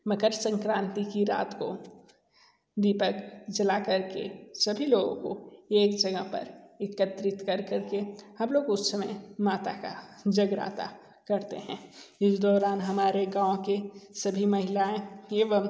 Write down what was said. मकर संक्रांति की रात को दीपक जलाकर के सभी लोगों को एक जगह पर एकत्रित कर करके हम लोग उस समय माता का जगराता करते हैं इस दौरान हमारे गाँव के सभी महिलाएँ एवं